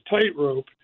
tightrope